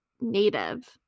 native